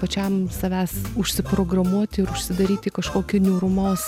pačiam savęs užsiprogramuoti ir užsidaryti kažkokiu niūrumas